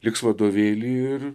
liks vadovėly ir